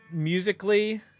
Musically